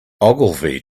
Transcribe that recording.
ogilvy